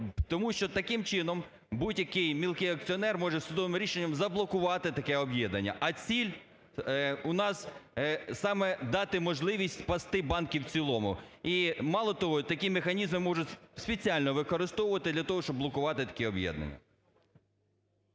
Тому що таким чином будь-який мілкий акціонер може судовим рішенням заблокувати таке об'єднання. А ціль у нас – саме дати можливість спасти банки в цілому. І мало того, такі механізми можуть спеціально використовувати для того, щоб блокувати такі об'єднання.